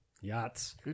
Yachts